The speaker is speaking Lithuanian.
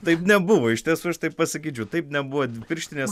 taip nebuvo iš tiesų aš taip pasakyčiau taip nebuvo pirštinės